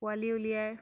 পোৱালি উলিয়াই